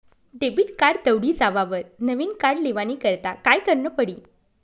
Debit card दवडी जावावर नविन कार्ड लेवानी करता काय करनं पडी?